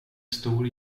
stor